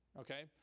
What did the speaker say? okay